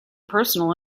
personal